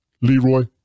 Leroy